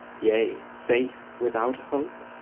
yea, faith without a hope?